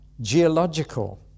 geological